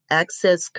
access